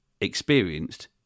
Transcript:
experienced